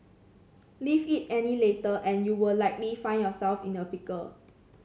leave it any later and you will likely find yourself in a pickle